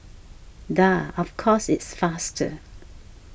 duh of course it's faster